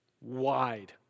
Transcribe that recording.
wide